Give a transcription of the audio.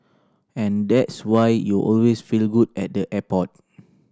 and that's why you always feel good at the airport